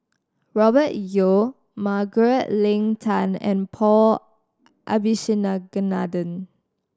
Robert Yeo Margaret Leng Tan and Paul